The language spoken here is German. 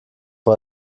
vor